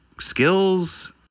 skills